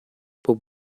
può